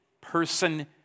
person